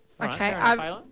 Okay